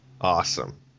Awesome